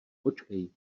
počkej